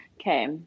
Okay